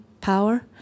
power